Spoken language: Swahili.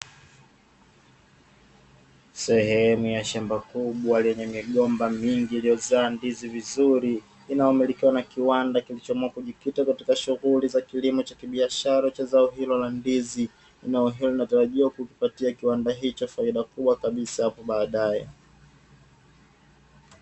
Sehemu ya shamba kubwa lenye migomba mingi iliyozaa ndizi vizuri, inayomilikiwa na kiwanda kilichoamua kujikita katika shughuli za kibiashara cha zao hilo la ndizi. Zao hili linatarajiwa kukipatia kiwanda hicho faida kubwa kabisa hapo baadae.